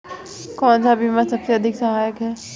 कौन सा बीमा सबसे अधिक सहायक है?